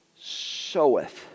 soweth